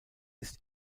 ist